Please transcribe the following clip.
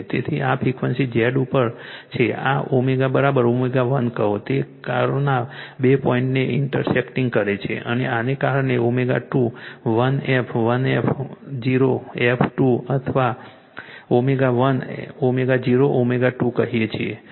તેથી આ frequency Z ઉપર છે આ ω ω1 કહો તે આ કર્વના બે પોઈન્ટને ઇન્ટરસેક્ટિંગ કરે છે અને આને આપણે ω1 f1 f0 f2 અથવા ω1 ω0 ω2 કહીએ છીએ